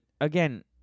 again